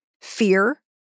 fear